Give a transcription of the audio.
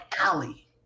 alley